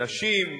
לנשים